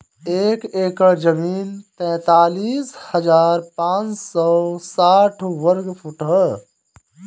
एक एकड़ जमीन तैंतालीस हजार पांच सौ साठ वर्ग फुट ह